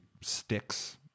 sticks